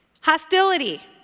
Hostility